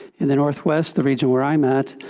in the northwest, the region where i'm at,